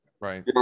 right